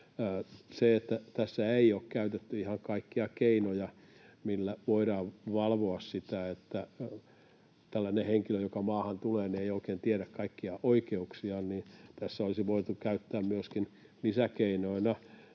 haetaan. Tässä ei ole käytetty ihan kaikkia keinoja, joilla voidaan valvoa tätä: tällainen henkilö, joka maahan tulee, ei oikein tiedä kaikkia oikeuksiaan, niin että tässä olisi voitu käyttää lisäkeinoina